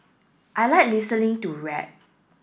I like listening to rap